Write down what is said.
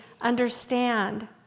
understand